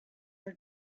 are